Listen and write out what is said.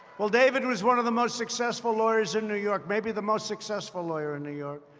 well, david was one of the most successful lawyers in new york maybe the most successful lawyer in new york.